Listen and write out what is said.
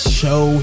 show